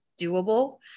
doable